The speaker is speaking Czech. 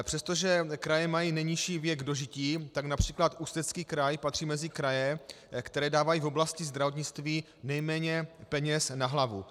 Přestože tyto kraje mají nejnižší věk dožití, tak například Ústecký kraj patří mezi kraje, které dostávají v oblasti zdravotnictví nejméně peněz na hlavu.